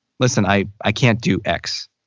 listen, i i can't do x.